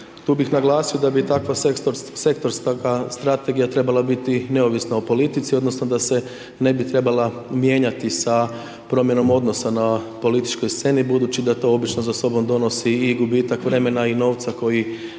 Tu bih naglasio, da bi takva sektorska strategija trebala biti neovisna o politici, odnosno da se ne bi trebala mijenjati sa promjenom odnosa na političkoj sceni, budući da to obično za sobom donosi i gubitak vremena i novca koji